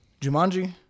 Jumanji